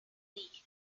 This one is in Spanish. league